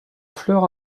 fleurs